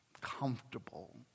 comfortable